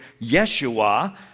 Yeshua